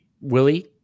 Willie